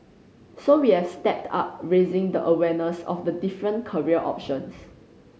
so we have stepped up raising the awareness of the different career options